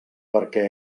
perquè